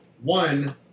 One